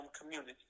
community